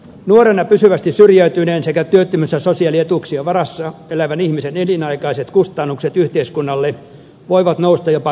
nuorena pysyvästi syrjäytyneen työttömyys ja sosiaalietuuksien varassa elävän ihmisen elinaikaiset kustannukset yhteiskunnalle voivat nousta jopa miljoonaan euroon